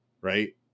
Right